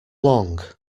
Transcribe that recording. along